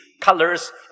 colors